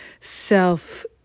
self